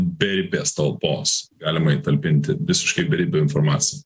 beribės talpos galima įtalpinti visiškai beribę informaciją